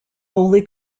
holy